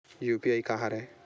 UPI का हरय?